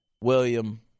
William